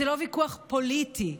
זה לא ויכוח פוליטי,